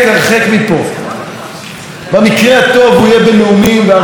במקרה הטוב הוא יהיה בנאומים והרצאות בארצות הברית.